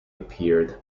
appeared